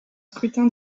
scrutin